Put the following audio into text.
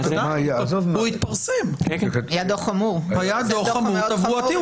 היה דוח חמור, תברואתי.